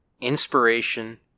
inspiration